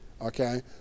okay